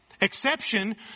Exception